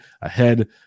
ahead